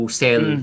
sell